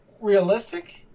realistic